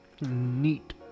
Neat